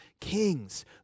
kings